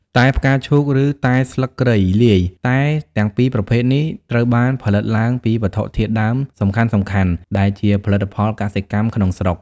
តែផ្កាឈូក ឬតែស្លឹកគ្រៃលាយ តែទាំងពីរប្រភេទនេះត្រូវបានផលិតឡើងពីវត្ថុធាតុដើមសំខាន់ៗដែលជាផលិតផលកសិកម្មក្នុងស្រុក។